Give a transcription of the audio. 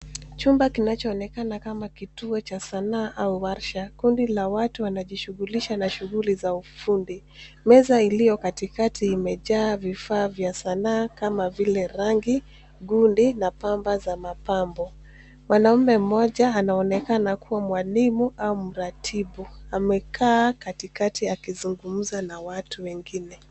Chumba kinachooneka kama kituo cha sanaa au warsha, kundi la watu wanajishughulisha na shughuli za ufundi. Meza iliyo katikati imejaa vifaa vya sanaa kama vile: rangi, gundi na pamba za pambo. Mwanamume mmoja anaonekana kuwa mwalimu au mratibu. Amekaa katikati akizungumza na watu wengine.